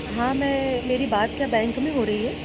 हाँ मैं मेरी बात क्या बैंक में हो रही है